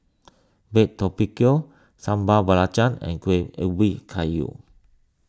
Baked Tapioca Sambal Belacan and Kueh Ubi Kayu